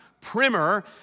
Primer